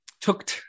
took